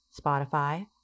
Spotify